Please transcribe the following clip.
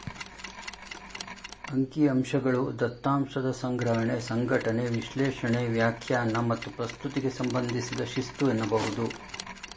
ಅಂಕಿಅಂಶಗಳು ದತ್ತಾಂಶದ ಸಂಗ್ರಹಣೆ, ಸಂಘಟನೆ, ವಿಶ್ಲೇಷಣೆ, ವ್ಯಾಖ್ಯಾನ ಮತ್ತು ಪ್ರಸ್ತುತಿಗೆ ಸಂಬಂಧಿಸಿದ ಶಿಸ್ತು ಎನ್ನಬಹುದು